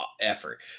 effort